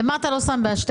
מה אתה לא שם בהשתק?